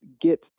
get